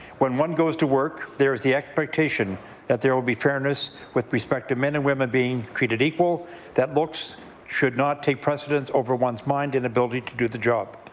when one goes to work there is the expectation that there will be fairness with respect to men and women being treated equal that looks should not take precedence over one's mind and ability to do the job.